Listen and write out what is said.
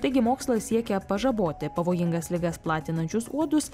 taigi mokslas siekia pažaboti pavojingas ligas platinančius uodus